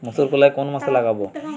মুসুরকলাই কোন মাসে লাগাব?